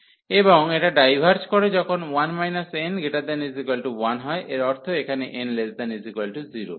এবং এটা ডাইভার্জ করে যখন 1 n≥1 হয় এর অর্থ এখানে n≤0